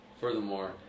Furthermore